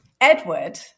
Edward